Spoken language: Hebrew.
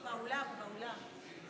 היא באולם, באולם.